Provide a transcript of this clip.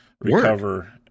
recover